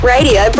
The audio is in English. Radio